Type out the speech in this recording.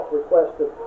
requested